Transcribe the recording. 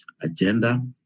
agenda